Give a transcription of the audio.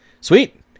sweet